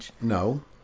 No